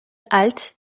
halte